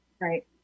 Right